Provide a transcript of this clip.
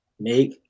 make